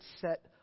set